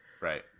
right